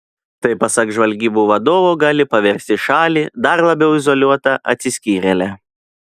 tai pasak žvalgybų vadovo gali paversti šalį dar labiau izoliuota atsiskyrėle